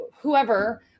whoever